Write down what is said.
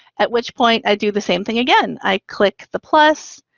at which point, i do the same thing again. i click the plus,